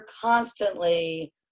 constantly